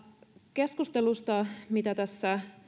keskustelussa mitä tässä